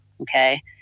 Okay